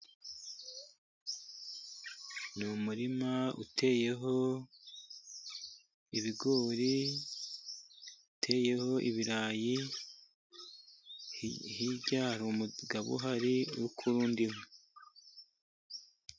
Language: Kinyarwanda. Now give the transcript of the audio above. Ni umurima uteyeho ibigori, uteyeho ibirayi, hirya hari umugabo uhari, uri kurunda inkwi.